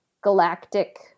galactic